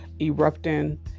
erupting